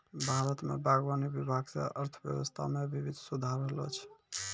भारत मे बागवानी विभाग से अर्थव्यबस्था मे भी सुधार होलो छै